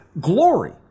glory